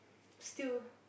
still